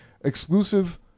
Exclusive